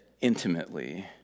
intimately